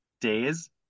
days